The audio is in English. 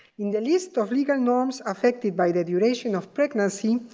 in the list of legal norms affected by the duration of pregnancy,